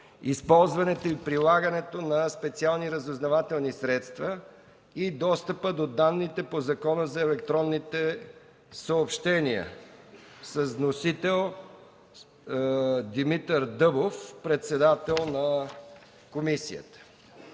използването и прилагането на специалните разузнавателни средства и достъпа до данните по Закона за електронните съобщения. Вносител е Димитър Дъбов. Проект за решение